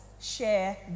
share